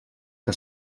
que